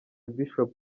bishop